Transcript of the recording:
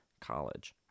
college